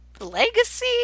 legacy